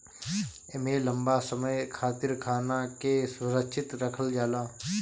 एमे लंबा समय खातिर खाना के सुरक्षित रखल जाला